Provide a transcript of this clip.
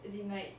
as in like